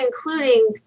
including